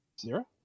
Zero